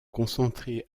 concentrés